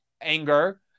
anger